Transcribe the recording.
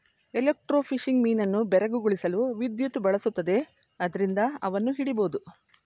electrofishing ಮೀನನ್ನು ಬೆರಗುಗೊಳಿಸಲು ವಿದ್ಯುತ್ ಬಳಸುತ್ತದೆ ಆದ್ರಿಂದ ಅವನ್ನು ಹಿಡಿಬೋದು